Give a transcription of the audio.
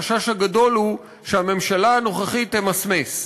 החשש הגדול הוא שהממשלה הנוכחית תמסמס.